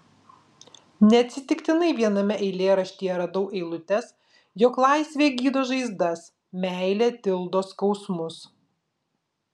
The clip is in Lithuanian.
neatsitiktinai viename eilėraštyje radau eilutes jog laisvė gydo žaizdas meilė tildo skausmus